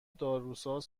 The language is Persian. داروساز